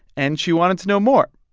and she wanted to know more.